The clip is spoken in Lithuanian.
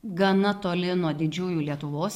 gana toli nuo didžiųjų lietuvos